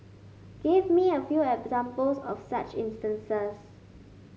give me a few examples of such instances